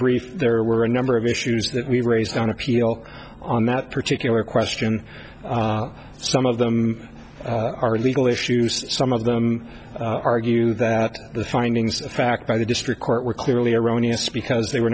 brief there were a number of issues that we've raised on appeal on that particular question some of them are legal issues some of them argue that the findings of fact by the district court were clearly erroneous because they were